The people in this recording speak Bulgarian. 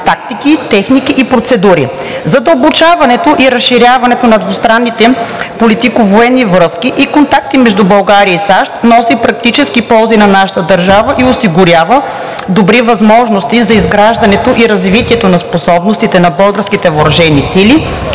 България и САЩ носи практически ползи на нашата държава и осигурява добри възможности за изграждането и развитието на способностите на българските въоръжени сили,